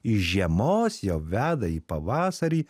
iš žiemos jau veda į pavasarį